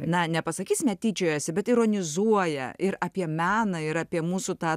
na nepasakys ne tyčiojasi bet ironizuoja ir apie meną ir apie mūsų tą